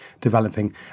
developing